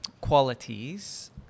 qualities